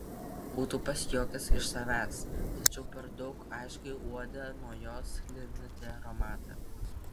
būtų pasijuokęs iš savęs tačiau per daug aiškiai uodė nuo jos sklindantį aromatą